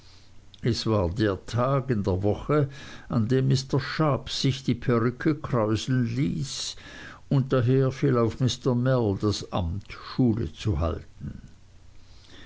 es war der tag der woche an dem mr sharp sich die perücke kräuseln ließ und daher fiel auf mr mell das amt schule zu halten